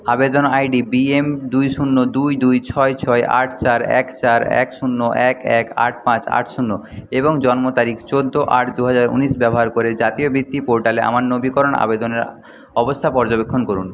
আবেদন ID B M দুই শূন্য দুই দুই ছয় ছয় আট চার এক চার এক শূন্য এক এক আট পাঁচ আট শূন্য এবং জন্ম তারিখ চোদ্দ আট দু হাজার উনিশ ব্যবহার করে জাতীয় বৃত্তি পোর্টালে আমার নবীকরণ আবেদনের অবস্থা পর্যবেক্ষণ করুন